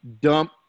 dump